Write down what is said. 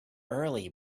early